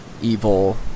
evil